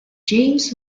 james